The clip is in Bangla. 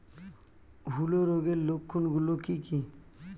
হূলো রোগের লক্ষণ গুলো কি কি?